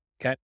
Okay